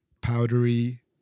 powdery